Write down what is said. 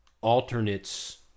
alternates